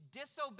disobey